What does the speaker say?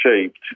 shaped